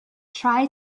try